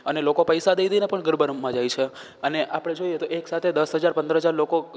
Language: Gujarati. અને લોકો પૈસા દઈ દઈને પણ ગરબા રમવા જાય છે અને આપણે જોઈએ તો એકસાથે દસ હજાર પંદર હજાર લોકો